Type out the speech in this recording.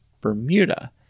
Bermuda